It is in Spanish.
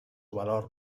valor